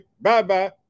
Bye-bye